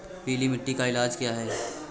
पीली मिट्टी का इलाज क्या है?